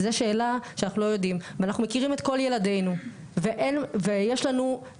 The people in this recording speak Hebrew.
זו שאלה שאנחנו לא יודעים ואנחנו מכירים את כל ילדינו ויש לנו,